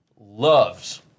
loves